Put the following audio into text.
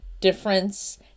difference